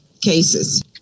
cases